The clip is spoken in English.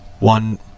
One